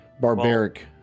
barbaric